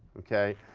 okay?